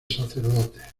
sacerdotes